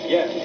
Yes